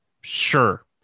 sure